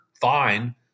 fine